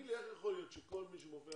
אדון מור יוסף,